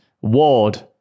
Ward